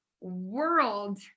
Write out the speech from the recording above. world